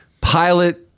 pilot